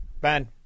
Ben